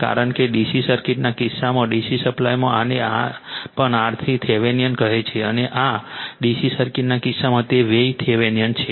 કારણ કે DC સર્કિટના કિસ્સામાં DC સપ્લાયમાં આને પણ R થેવેનિન કહે છે અને આ DC સર્કિટના કિસ્સામાં એક V થેવેનિન છે